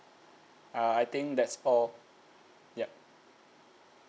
uh I think that's all yup